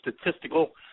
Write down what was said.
statistical